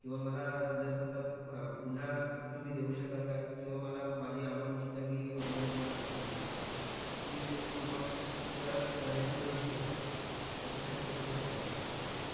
किंवा मला जर समजा पुन्हा तुम्ही देऊ शकाल काय किंवा मला माझी अमाऊंट जी काय मी ऑनलाईन तुम्हाला भरलेली ती अमाऊंट परत रिटर्न मिळू शकेल काय त्याच्यासाठी चौकशी करायची होती